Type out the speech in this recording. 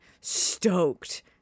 stoked